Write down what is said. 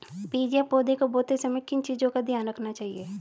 बीज या पौधे को बोते समय किन चीज़ों का ध्यान रखना चाहिए?